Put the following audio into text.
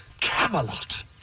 Camelot